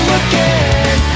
again